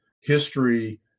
history